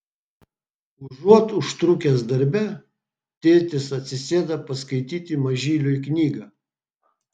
užuot užtrukęs darbe tėtis atsisėda paskaityti mažyliui knygą